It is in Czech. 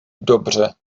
dobře